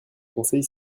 conseil